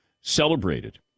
celebrated